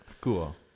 Cool